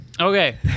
okay